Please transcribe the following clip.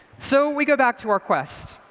so, we go back to our quest.